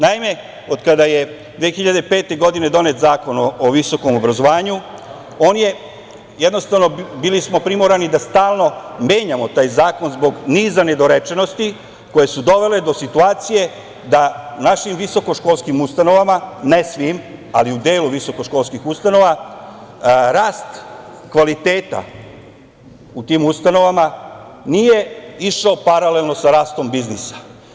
Naime, od kada je 2005. godine donet Zakon o visokom obrazovanju, jednostavno bili smo primorani da stalno menjamo taj zakon zbog niza nedorečenosti koje su dovele do situacije da u našim visokoškolskim ustanovama, ne svim, ali u delu visokoškolskih ustanova, rast kvaliteta, u tim ustanovama, nije išao paralelno sa rastom biznisa.